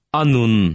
Anun